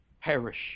perish